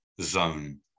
zone